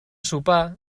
sopar